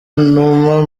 numa